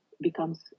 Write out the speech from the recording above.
becomes